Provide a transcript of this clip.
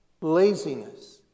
laziness